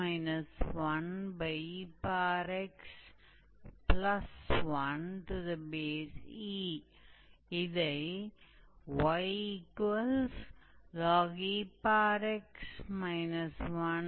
तो यह हमें परवलय की आवश्यक लंबाई देगा